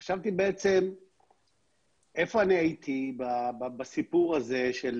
אני חשבתי בעצם איפה אני הייתי בסיפור הזה של